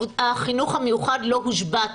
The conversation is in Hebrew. החינוך המיוחד לא הושבת.